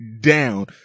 down